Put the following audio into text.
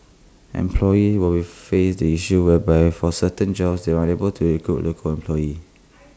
employee will we face the issue whereby for certain jobs they are unable to recruit local employees